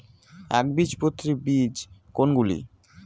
একবীজপত্রী বীজ কোন গুলি?